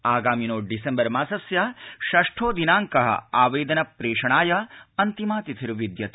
आगामिनो December मासस्य षष्ठो दिनांकः आवेदन प्रेषणाय अन्तिमा तिथिर्विद्यते